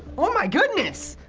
oh my goodness!